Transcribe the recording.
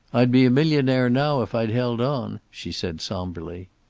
i'd be a millionaire now if i'd held on, she said somberly.